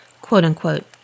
quote-unquote